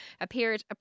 appeared